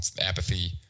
apathy